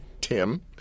Tim